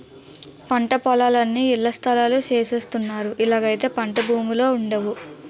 పంటపొలాలన్నీ ఇళ్లస్థలాలు సేసస్తన్నారు ఇలాగైతే పంటభూములే వుండవు